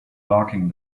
locking